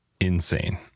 insane